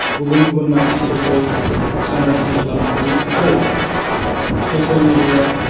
गुबुन गुबुन मानसिफोरखौ सांग्रांथि खालामनो हायो आरो ससेल मिडियाया